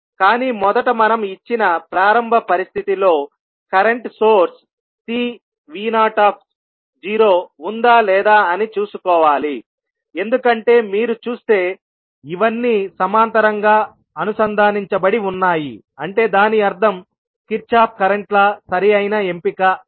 కానీ మొదట మనం ఇచ్చిన ప్రారంభ పరిస్థితిలో కరెంట్ సోర్స్ Cvoఉందా లేదా అని చూసుకోవాలి ఎందుకంటే మీరు చూస్తే ఇవన్నీ సమాంతరంగా అనుసంధానించబడి ఉన్నాయి అంటే దాని అర్థం కిర్చాఫ్ కరెంట్ లా సరి అయిన ఎంపిక అని